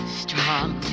strong